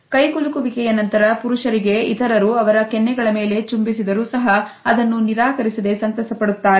ಕೈಕುಲುಕುವಿಕೆಯ ನಂತರ ಪುರುಷರಿಗೆ ಇತರರು ಅವರ ಕೆನ್ನೆಗಳ ಮೇಲೆ ಚುಂಬಿಸಿದರು ಸಹ ಅದನ್ನು ನಿರಾಕರಿಸದೆ ಸಂತಸಪಡುತ್ತಾರೆ